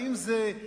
האם הם הח'לילים?